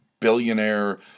Billionaire